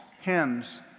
hymns